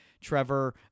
Trevor